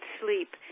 sleep